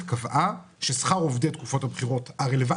כתוצאה מכך שהתקיימו שלוש מערכות בחירות ברצף.